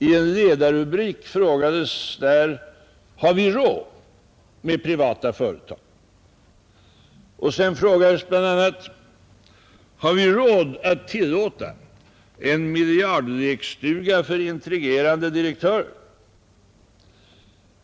I en ledarrubrik frågades där: Har vi råd med privata företag? Och sedan frågades bl.a.: Har vi råd att tillåta en miljardlekstuga för intrigerande direktörer?